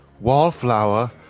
wallflower